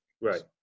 Right